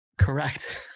Correct